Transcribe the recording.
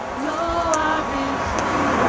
know i been changed.